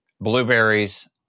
blueberries